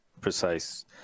precise